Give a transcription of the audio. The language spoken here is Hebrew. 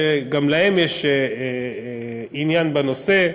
שגם להם יש עניין בנושא.